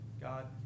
God